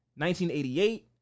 1988